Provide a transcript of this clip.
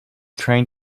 trying